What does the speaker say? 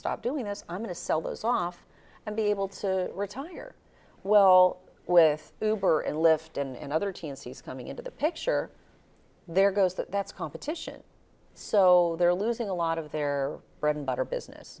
stop doing this i'm going to sell those off and be able to retire well with goober and liftin and other teens he's coming into the picture there goes that that's competition so they're losing a lot of their bread and butter business